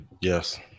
Yes